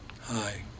Hi